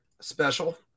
Special